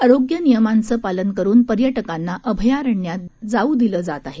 आरोग्य नियमांचं पालन करुन पर्यटकांना अभयाराण्यात जाऊ दिलं जात आहे